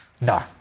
No